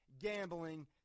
gambling